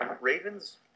Ravens